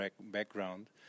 background